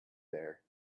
there